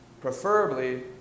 preferably